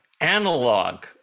analog